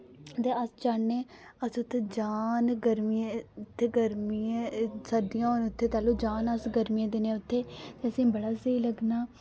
ते अस चाह्न्ने अस उत्थै जान गर्मीयें उत्थै गर्मिये सर्दियां होन उत्थै तैह्लूं जान अस गर्मियें दिनै उत्थै ते असें ई बड़ा स्हेई लग्गना